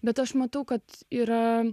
bet aš matau kad yra